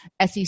SEC